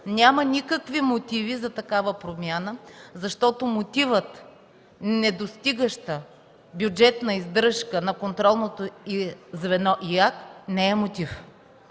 Няма никакви мотиви за такава промяна, защото мотивът „недостигаща бюджетна издръжка на контролното й звено – Изпълнителната